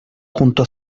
junto